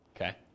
Okay